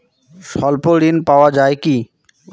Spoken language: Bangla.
স্বল্প ঋণ পাওয়া য়ায় কি?